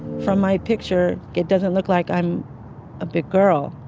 from my picture, it doesn't look like i'm a big girl,